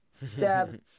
Stab